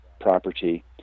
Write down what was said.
property